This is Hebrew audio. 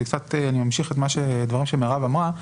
אמשיך את הדברים שמרב אמרה,